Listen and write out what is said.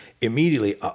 immediately